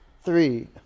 three